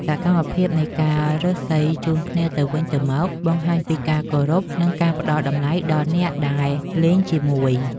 សកម្មភាពនៃការរើសសីជូនគ្នាទៅវិញទៅមក បង្ហាញពីការគោរព និងការផ្តល់តម្លៃដល់អ្នកដែលលេងជាមួយ។